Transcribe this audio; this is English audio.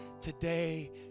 today